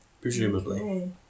presumably